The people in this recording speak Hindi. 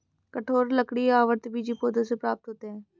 कठोर लकड़ी आवृतबीजी पौधों से प्राप्त होते हैं